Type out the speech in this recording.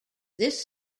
this